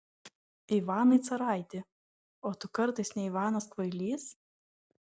ivanai caraiti o tu kartais ne ivanas kvailys